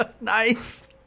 Nice